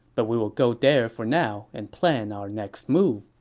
but we will go there for now and plan our next move,